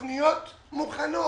התוכניות מוכנות.